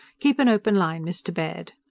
keep an open line, mr. baird!